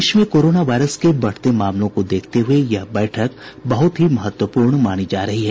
देश में coronavirus के बढ़ते मामलों को देखते हुए यह बैठक बहुत ही महत्वपूर्ण मानी जा रही है